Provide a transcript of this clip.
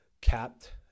capped